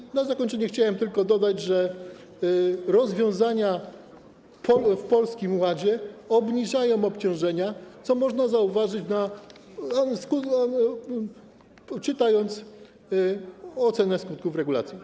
I na zakończenie chciałbym tylko dodać, że rozwiązania w Polskim Ładzie obniżają obciążenia, co można zauważyć, czytając ocenę skutków regulacji.